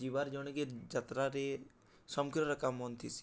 ଯିବାର୍ ଜଣେକେ ଯାତ୍ରାରେ ସମ୍କିର୍ର୍ ଏକା ମନ୍ ଥିସି